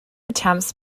attempts